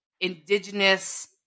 indigenous